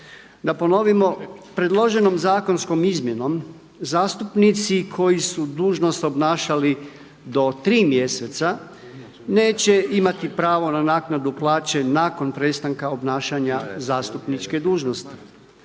Da ponovimo, predloženom zakonskom izmjenom zastupnici koji su dužnost obnašali do tri mjeseca neće imati pravo na naknadu plaće nakon prestanka obnašanja zastupniče dužnosti.